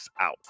out